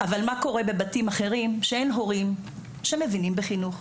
אבל מה קורה בבתים אחרים כשאין הורים שמבינים בחינוך?